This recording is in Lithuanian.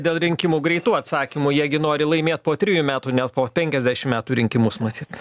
dėl rinkimų greitų atsakymų jie gi nori laimėt po trijų metų ne po penkiasdešim metų rinkimus matyt